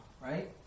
right